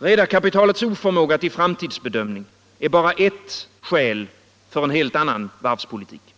Redarkapitalets oförmåga till framtidsbedömning är bara ett skäl för en helt annan varvspolitik.